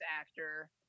actor